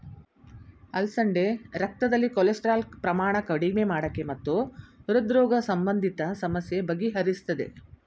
ಅಲಸಂದೆ ರಕ್ತದಲ್ಲಿ ಕೊಲೆಸ್ಟ್ರಾಲ್ ಪ್ರಮಾಣ ಕಡಿಮೆ ಮಾಡಕೆ ಮತ್ತು ಹೃದ್ರೋಗ ಸಂಬಂಧಿತ ಸಮಸ್ಯೆ ಬಗೆಹರಿಸ್ತದೆ